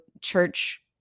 church